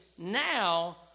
Now